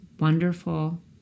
wonderful